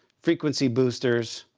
frequency boosters,